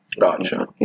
Gotcha